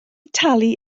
talu